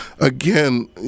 again